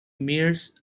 mayors